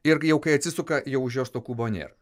ir jau kai atsisuka jau už jos to kūbo nėr